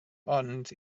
ond